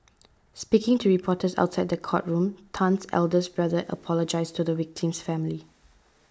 speaking to reporters outside the courtroom Tan's eldest brother apologised to the victim's family